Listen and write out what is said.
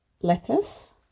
lettuce